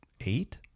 eight